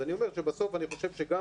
אז אני אומר שבסוף אני חושב שגם